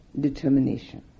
determination